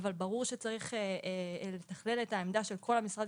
אבל ברור שצריך לתכלל את העמדה של כל המשרד